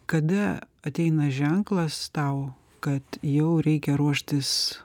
kada ateina ženklas tau kad jau reikia ruoštis